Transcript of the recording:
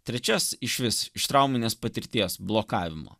trečias išvis iš trauminės patirties blokavimo